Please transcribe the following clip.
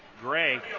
Gray